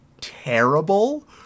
terrible